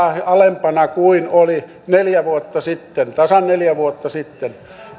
alempana kuin oli neljä vuotta sitten tasan neljä vuotta sitten